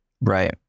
Right